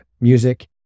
music